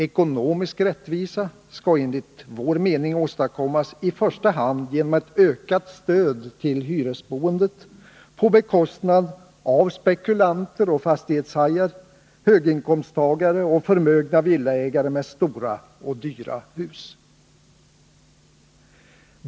Ekonomisk rättvisa skall enligt vår mening åstadkommas i första hand genom ett ökat stöd till hyresboendet på bekostnad av spekulanter och fastighetshajar, höginkomsttagare och förmögna villaägare med stora och dyra hus.